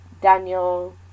Daniel